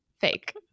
fake